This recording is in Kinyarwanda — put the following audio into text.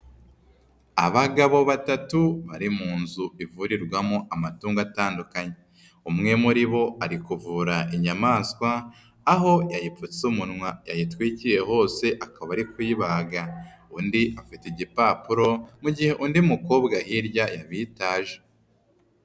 Abagabo batatu bari mu nzu ivurirwamo amatungo atandukanye. Umwe muri bo ari kuvura inyamaswa, aho yayipfutse umunwa yayitwikiye hose, akaba ari kuyibaga. Undi afite igipapuro mu gihe undi mukobwa hirya yabitaje.